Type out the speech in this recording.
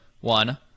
one